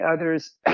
others